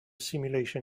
simulation